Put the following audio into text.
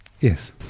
Yes